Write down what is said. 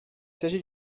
s’agit